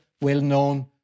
well-known